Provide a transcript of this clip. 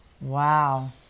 Wow